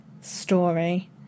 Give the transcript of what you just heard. story